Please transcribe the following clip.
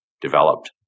developed